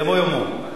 יבוא יומו.